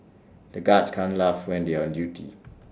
the guards can't laugh when they are on duty